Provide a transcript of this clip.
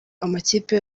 amakipe